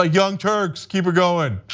ah young turks. keep it going.